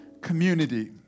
community